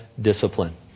discipline